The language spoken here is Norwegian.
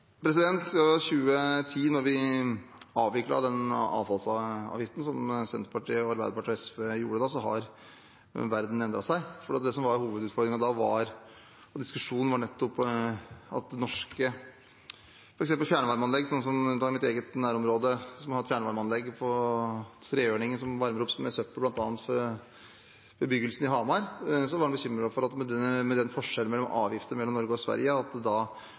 2010, da vi avviklet den avfallsavgiften, som Senterpartiet, Arbeiderpartiet og SV gjorde da, har verden endret seg. For det som var hovedutfordringen da, og diskusjonen da, var bekymringen for f.eks. norske fjernvarmeanlegg – for å ta mitt eget nærområde, som har et fjernvarmeanlegg på Trehørningen som varmer opp bl.a. bebyggelsen i Hamar med søppel. Da var en bekymret for at det da, med den forskjellen i avgifter mellom Norge og Sverige,